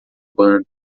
banda